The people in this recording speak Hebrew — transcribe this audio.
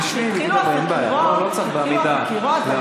תשבי, אין בעיה, לא צריך בעמידה להפריע.